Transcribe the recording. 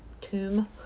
tomb